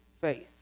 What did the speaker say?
faith